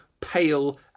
pale